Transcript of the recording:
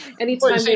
anytime